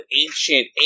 ancient